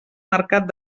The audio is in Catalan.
mercat